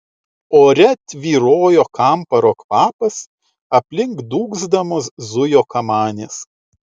ore tvyrojo kamparo kvapas aplink dūgzdamos zujo kamanės